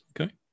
okay